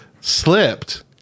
slipped